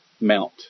mount